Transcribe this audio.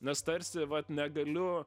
nes tarsi vat negaliu